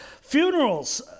funerals